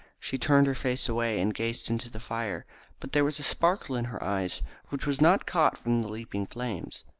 she turned her face away and gazed into the fire but there was a sparkle in her eyes which was not caught from the leaping flames.